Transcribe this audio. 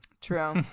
True